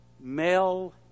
Male